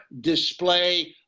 display